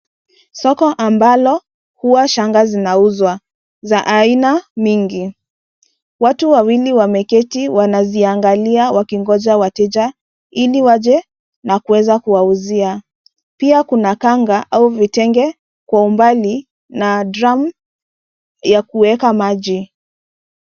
Soko ambalo huwa shanga zinauzwa za aina nyingi. Watu wawili wameketi wanaziangalia wakingoja wateja ili waje na kuweza kuwauzia. Pia kuna kanga au vitenge kwa umbali na drum ya kuweka maji.